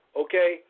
okay